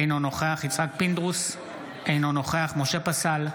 אינו נוכח יצחק פינדרוס, אינו נוכח משה פסל,